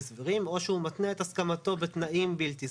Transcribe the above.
סבירים או שהוא מתנה את הסכמתו בתנאים בלתי סבירים.